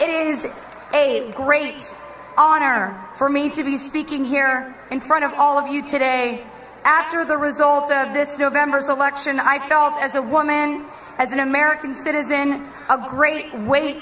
it is a great honor for me to be speaking here in front of all of you today after the results of this november's election i felt as a woman as an american citizen a great weight